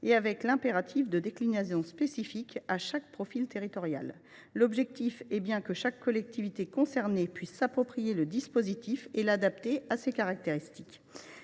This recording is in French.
avec l’impératif d’une déclinaison spécifique à chaque profil territorial. L’objectif est que chaque collectivité concernée puisse s’approprier le dispositif et l’adapter à ses caractéristiques.